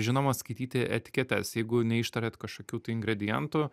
žinoma skaityti etiketes jeigu neištariat kažkokių tai ingredientų